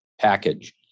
package